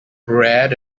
bread